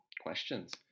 questions